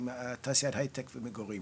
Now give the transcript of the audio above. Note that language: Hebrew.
תעשיית הייטק ומגורים,